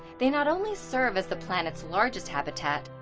they not only serve as the planet's largest habitat,